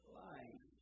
life